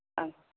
आं